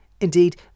Indeed